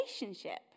relationship